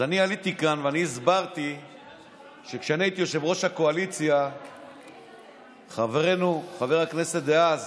אז עליתי לכאן והסברתי שכשהייתי יושב-ראש הקואליציה חברנו חבר הכנסת דאז